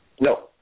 No